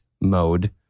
mode